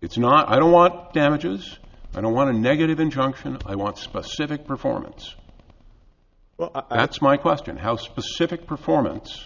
it's not i don't want damages i don't want to negative injunction i want specific performance well it's my question how specific performance